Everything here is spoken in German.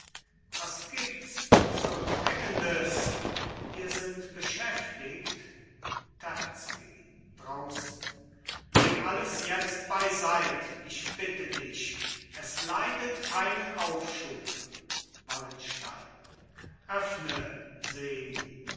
was gibts so dringendes wir sind beschäftigt terzky draußen leg alles jetzt bei seit ich bitte dich es leidet keinen aufschub wallenstein öffne seni